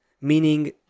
meaning